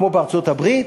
כמו בארצות-הברית,